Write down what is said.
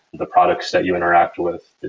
the products that you interact with,